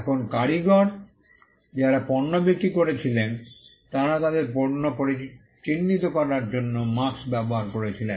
এখন কারিগর যারা পণ্য বিক্রি করেছিলেন তারা তাদের পণ্য চিহ্নিত করার জন্য মার্ক্স্ ব্যবহার করেছিলেন